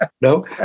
No